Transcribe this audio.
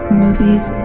movies